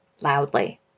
loudly